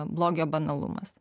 blogio banalumas